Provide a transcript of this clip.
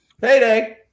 payday